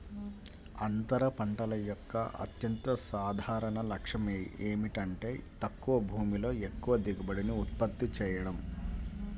అంతర పంటల యొక్క అత్యంత సాధారణ లక్ష్యం ఏమిటంటే తక్కువ భూమిలో ఎక్కువ దిగుబడిని ఉత్పత్తి చేయడం